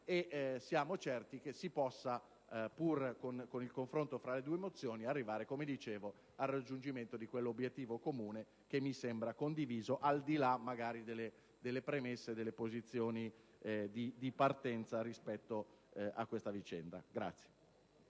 siamo certi che si possa, pur con il confronto tra le due mozioni, arrivare al raggiungimento di quell'obiettivo comune che mi sembra condiviso, al di là delle premesse e delle posizioni di partenza rispetto a questa vicenda.